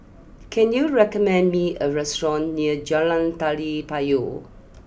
can you recommend me a restaurant near Jalan Tari Payong